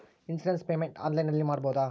Insurance payment ಆನ್ಲೈನಿನಲ್ಲಿ ಮಾಡಬಹುದಾ?